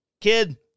kid